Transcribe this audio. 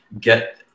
get